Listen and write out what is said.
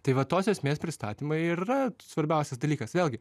tai va tos esmės pristatymai ir yra svarbiausias dalykas vėlgi